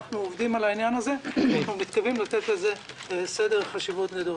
אנחנו עובדים על העניין הזה ואנחנו מתכוונים לתת לזה חשיבות גדולה.